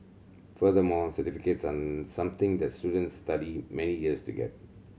furthermore certificates are something that students study many years to get